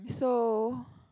so